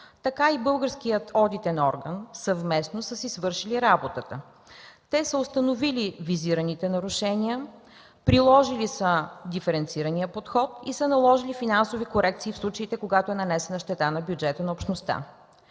така и българският одитен орган съвместно са си свършили работата. Те са установили визираните нарушения, приложили са диференциран подход и са наложили финансови корекции в случаите, когато е нанесена щета на бюджета на Общността.